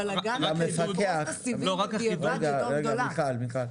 רגע, מיכל.